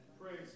Praise